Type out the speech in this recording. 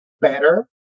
better